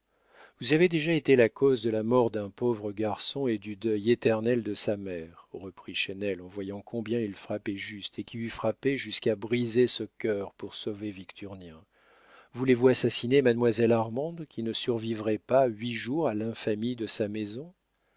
vous avez déjà été cause de la mort d'un pauvre garçon et du deuil éternel de sa mère reprit chesnel en voyant combien il frappait juste et qui eût frappé jusqu'à briser ce cœur pour sauver victurnien voulez-vous assassiner mademoiselle armande qui ne survivrait pas huit jours à l'infamie de sa maison